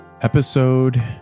Episode